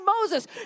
Moses